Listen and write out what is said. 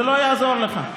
זה לא יעזור לך.